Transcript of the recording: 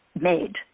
made